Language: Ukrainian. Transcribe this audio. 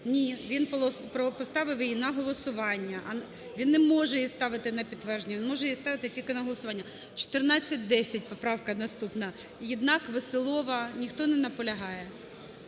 Ні. Він поставив її на голосування, він не може її ставити на підтвердження, він може її ставити тільки на голосування. 1410 поправка наступна. Єднак, Веселова – ніхто не наполягає?